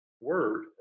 word